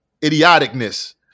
idioticness